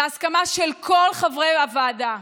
בהסכמה של כל חברי הוועדה.